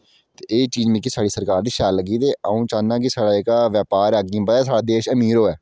एह् चीज मिकी सरकार दी शैल लग्गी अ'ऊं चाह्न्नां कि साढ़ा जेह्का व्यापहार ऐ अग्गै बधै साढ़ा देश अमीर होऐ